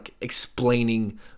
explaining